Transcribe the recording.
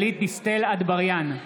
אטבריאן,